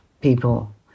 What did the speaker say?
people